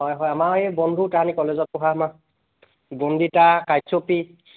হয় হয় আমাৰ এই বন্ধু তাহাঁতি কলেজত পঢ়া আমাৰ বন্দিতা কাশ্যপী